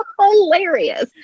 hilarious